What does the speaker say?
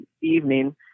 evening